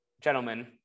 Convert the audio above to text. Gentlemen